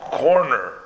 corner